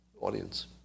audience